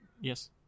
Yes